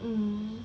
mm